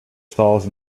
stalls